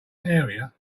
area